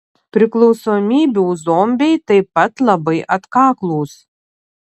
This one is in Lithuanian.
priklausomybių zombiai taip pat labai atkaklūs